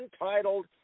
entitled